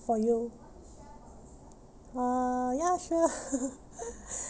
for you uh ya sure